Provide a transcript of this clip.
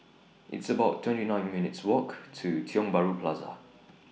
It's about twenty nine minutes' Walk to Tiong Bahru Plaza